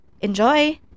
Enjoy